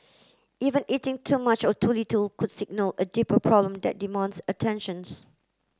even eating too much or too little could signal a deeper problem that demands attentions